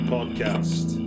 Podcast